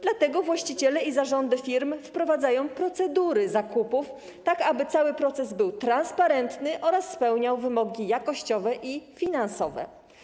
Dlatego właściciele i zarządy firm wprowadzają procedury zakupów, tak aby cały proces był transparentny oraz spełniał wymogi jakościowe i finansowe.